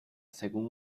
según